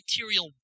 material